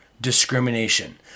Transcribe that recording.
discrimination